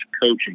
coaching